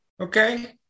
okay